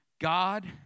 God